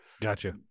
gotcha